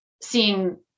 seeing